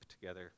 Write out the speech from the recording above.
together